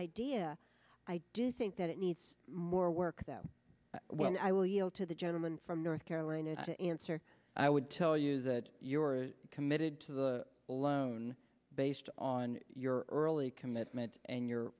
idea i do think that it needs more work that when i will yield to the gentleman from north carolina to answer i would tell you that you are committed to the loan based on your early commitment and you